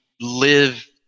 live